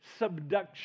subduction